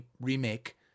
remake